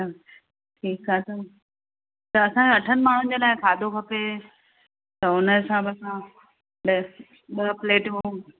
अच्छा ठीकु आहे त असां अठनि माण्हुनि जे लाइ खाधो खपे त हुन हिसाब सां ॿ प्लेटियूं